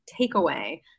takeaway